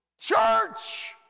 church